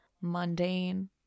mundane